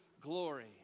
glory